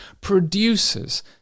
produces